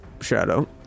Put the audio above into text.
Shadow